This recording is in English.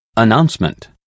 Announcement